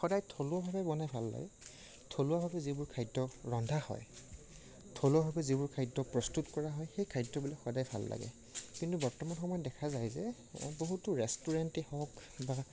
সদায় থলুৱাভাৱে বনাই ভাল লাগে থলুৱাভাৱে যিবোৰ খাদ্য ৰন্ধা হয় থলুৱাভাৱে যিবোৰ খাদ্য প্ৰস্তুত কৰা হয় সেই খাদ্যবিলাক সদায় ভাল লাগে কিন্তু বৰ্তমান সময়ত দেখা যায় যে বহুতো ৰেষ্টুৰেণ্টেই হওক বা